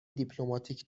دیپلماتیک